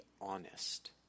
honest